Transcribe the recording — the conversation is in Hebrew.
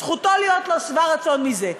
זכותו להיות לא שבע רצון מזה.